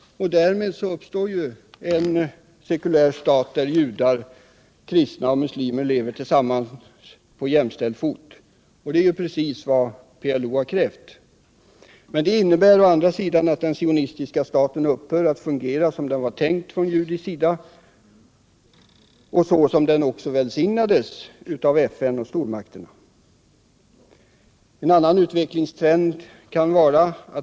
Därmed uppstår en demokratisk sekulär stat där judar, kristna och muslimer lever tillsammans på jämställd fot. Det är vad PLO har krävt. Det innebär att den sionistiska staten upphör att fungera som den var tänkt från judisk sida och så som den välsignades av FN och stormakterna. 2.